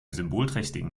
symbolträchtigen